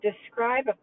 describe